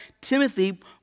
Timothy